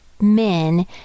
men